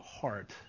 heart